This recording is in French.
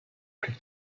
plus